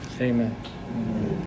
Amen